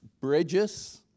bridges